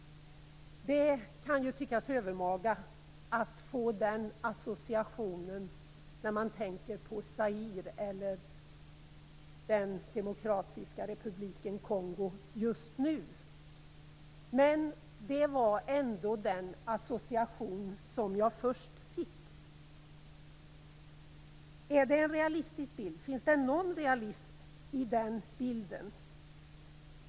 Det kan ju tyckas övermaga att få dessa associationer när man tänker på Zaire eller Demokratiska republiken Kongo just nu, men det var ändå den association som jag först fick. Är detta en realistisk bild? Finns det någon realism i den bilden?